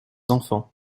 enfants